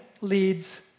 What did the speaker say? leads